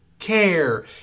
care